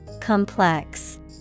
Complex